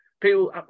People